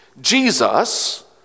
Jesus